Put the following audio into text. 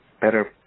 better